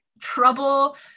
trouble